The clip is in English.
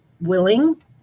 willing